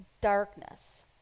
darkness